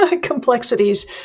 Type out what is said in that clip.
complexities